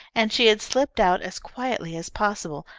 and she had slipped out as quietly as possible,